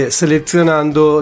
selezionando